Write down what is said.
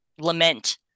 lament